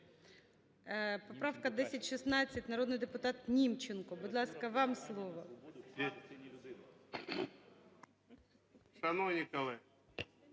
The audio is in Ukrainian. Поправка 1016, народний депутат Німченко. Будь ласка, вам слово.